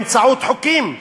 באמצעות חוקים.